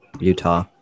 Utah